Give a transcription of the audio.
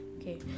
okay